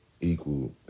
Equal